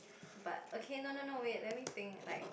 but okay no no no wait let me think like